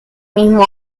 mismo